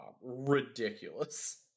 ridiculous